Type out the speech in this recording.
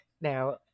Now